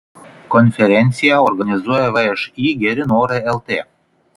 konferenciją organizuoja všį geri norai lt